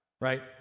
right